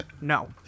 No